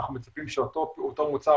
אנחנו מצפים שאותו מוצר,